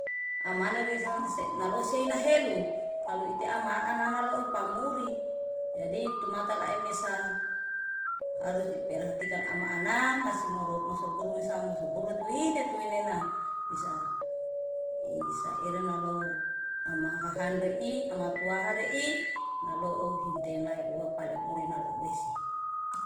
Amane resanseh nalosei nahelu, kalu ite ama ana-ana loi pamuri. Jadi tumata lae mesa harus iperhatikan ama ana nasi moru mosuburu mesa, moso buru tuwine- tuwine na bisa i saire nalo ama hahan re i, ama tuaha re i, nalo o hinaten lae rua pale murenal uwehse.